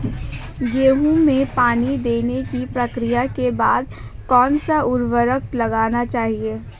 गेहूँ में पानी देने की प्रक्रिया के बाद कौन सा उर्वरक लगाना चाहिए?